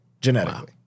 Genetically